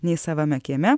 nei savame kieme